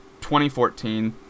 2014